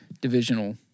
divisional